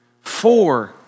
four